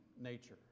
nature